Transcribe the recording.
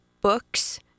books